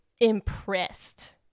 impressed